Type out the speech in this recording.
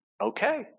Okay